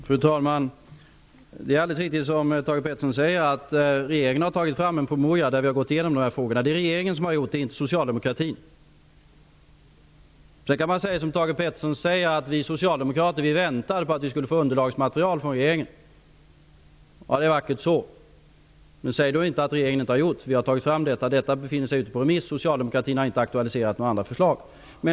Fru talman! Det är alldeles riktigt som Thage G Peterson säger att regeringen har tagit fram en promemoria där vi har gått igenom dessa frågor. Det är regeringen som har gjort det -- inte socialdemokratin. Sedan kan man som Thage G Peterson gör säga att socialdemokraterna väntade på att få underlagsmaterial från regeringen. Det är vackert så. Men säg då inte att regeringen inte har gjort något! Vi har tagit fram materialet. Det befinner sig ute på remiss. Socialdemokratin har inte aktualiserat några andra förslag.